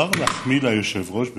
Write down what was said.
מותר להחמיא ליושב-ראש בפומבי?